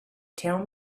tell